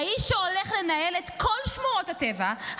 "האיש שהולך לנהל את כל שמורות הטבע,